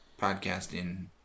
podcasting